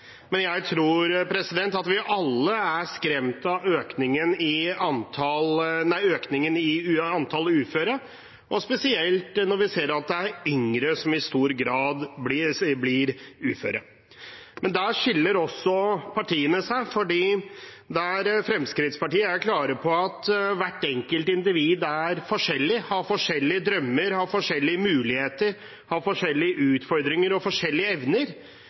men jeg tror at vi alle er skremt av økningen i antall uføre – og spesielt når vi ser at det er yngre som i stor grad blir uføre. Der skiller også partiene seg, for Fremskrittspartiet er klar på at hvert enkelt individ er forskjellig, har forskjellige drømmer, har forskjellige muligheter, har forskjellige utfordringer og forskjellige evner.